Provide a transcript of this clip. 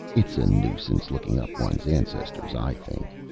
it's a nuisance looking up one's ancestors, i think.